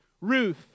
Ruth